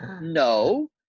No